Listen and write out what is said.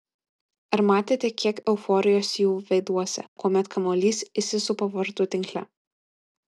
ar matėte kiek euforijos jų veiduose kuomet kamuolys įsisupa vartų tinkle